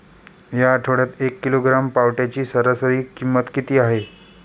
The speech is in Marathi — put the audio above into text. या आठवड्यात एक किलोग्रॅम पावट्याची सरासरी किंमत किती आहे?